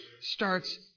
starts